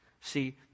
See